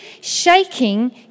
Shaking